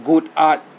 good art